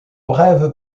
brève